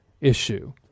issue